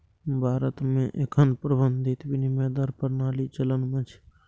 भारत मे एखन प्रबंधित विनिमय दर प्रणाली चलन मे छै